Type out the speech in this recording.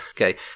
Okay